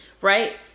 right